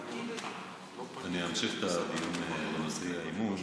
אני אמשיך את הדיון בנושא האי-אמון.